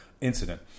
incident